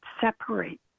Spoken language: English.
separate